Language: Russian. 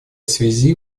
связи